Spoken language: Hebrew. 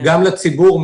גם לציבור,